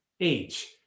age